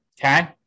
Okay